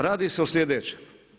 Radi se o sljedećem.